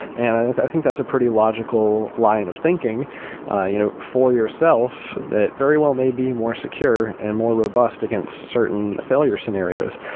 and i i think that's a pretty logical line of thinking you know for yourself that very well may be more secure and more robust against certain failure scenarios.